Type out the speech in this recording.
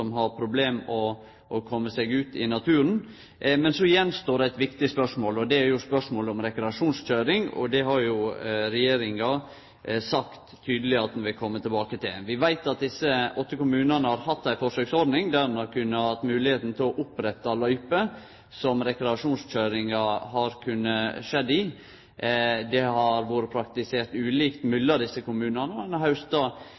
har problem med å kome seg ut i naturen. Men så står det att eit viktig spørsmål, og det er jo spørsmålet om rekreasjonskøyring. Det har regjeringa sagt tydeleg at ho vil kome tilbake til. Vi veit at desse åtte kommunane har hatt ei forsøksordning der ein har hatt moglegheit til å opprette løyper for rekreasjonskøyring. Dette har vore praktisert ulikt mellom kommunane. Ein har